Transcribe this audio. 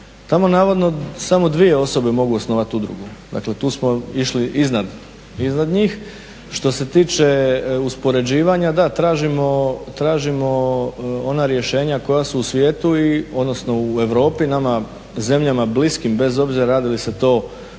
tamo navodno samo dvije osobe mogu osnovati udrugu. Dakle, tu smo išli iznad njih. Što se tiče uspoređivanja, da tražimo ona rješenja koja su u svijetu, odnosno u Europi nama zemljama bliskim bez obzira radi li se to o